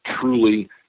Truly